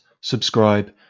subscribe